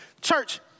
Church